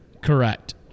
Correct